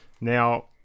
Now